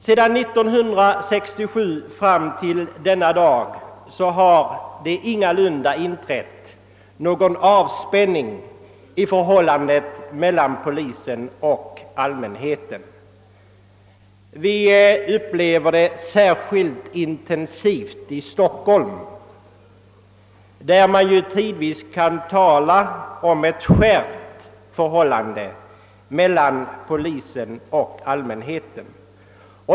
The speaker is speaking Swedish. Sedan 1967 fram till denna dag har det ingalunda inträtt någon avspänning i förhållandet mellan polisen och allmänheten. Vi upplever det särskilt intensivt i Stockholm, där det ju tidvis kan sägas råda ett skärpt förhållande mellan polisen och allmänheten.